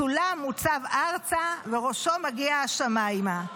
סולם מוצב ארצה וראשו מגיע השמיימה,